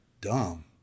dumb